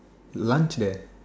lunch there